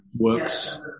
works